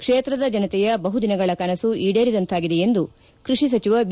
ಕ್ಷೇತ್ರದ ಜನತೆಯ ಬಹುದಿನಗಳ ಕನಸು ಈಡೇರಿದಂತಾಗಿದೆ ಎಂದು ಕೃಷಿ ಸಚಿವ ಬಿ